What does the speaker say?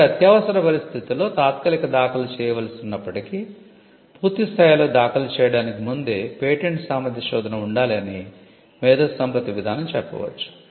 కాబట్టి అత్యవసర పరిస్థితుల్లో తాత్కాలిక దాఖలు చేయవలసి ఉన్నప్పటికీ పూర్తిస్థాయిలో దాఖలు చేయడానికి ముందే పేటెంట్ సామర్థ్య శోధన ఉండాలి అని మేధోసంపత్తి విధానం చెప్పవచ్చు